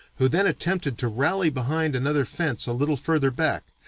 who then attempted to rally behind another fence a little further back,